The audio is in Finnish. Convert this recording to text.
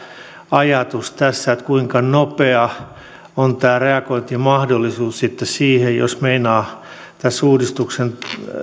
ajatus tässä kuinka nopea on tämä reagointimahdollisuus sitten siihen jos meinaavat tässä uudistuksen